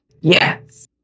Yes